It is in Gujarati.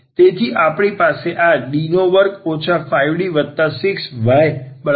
તેથી અમારી પાસે આ D2 5D6y0 છે